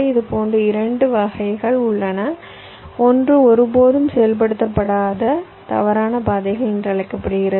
இதுபோன்ற 2 வகைகள் உள்ளன ஒன்று ஒருபோதும் செயல்படுத்தப்படாத தவறான பாதைகள் என்று அழைக்கப்படுகிறது